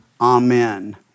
amen